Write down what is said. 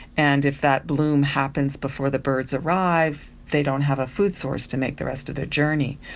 and if that bloom happens before the birds arrive, they don't have a food source to make the rest of their journey.